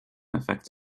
effect